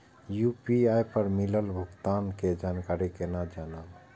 UPI पर मिलल भुगतान के जानकारी केना जानब?